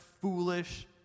foolish